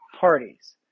parties